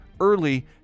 early